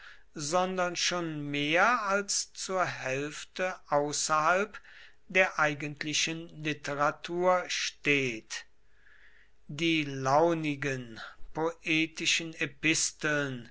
sondern schon mehr als zur hälfte außerhalb der eigentlichen literatur steht die launigen poetischen episteln